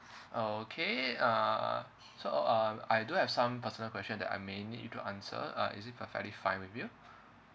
okay uh so uh I do have some personal question that I may need you to answer uh is it perfectly fine with you